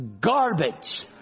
garbage